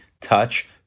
touch